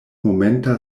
momenta